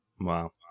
Wow